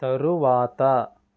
తరువాత